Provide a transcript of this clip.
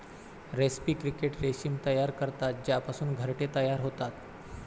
रेस्पी क्रिकेट रेशीम तयार करतात ज्यापासून घरटे तयार होतात